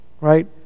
right